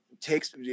takes